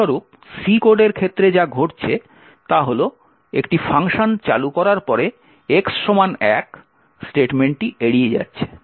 ফলস্বরূপ C কোডের ক্ষেত্রে যা ঘটছে তা হল একটি ফাংশন চালু করার পরে x1 স্টেটমেন্টটি এড়িয়ে যাচ্ছে